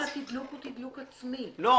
מהתדלוק הוא תדלוק עצמי,